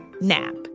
NAP